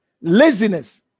Laziness